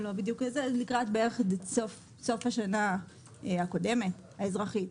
זה היה אי שם לקראת סוף השנה הקודמת האזרחית,